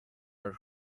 her